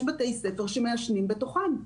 יש בתי ספר שמעשנים בתוכם.